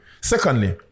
Secondly